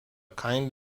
kind